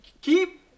keep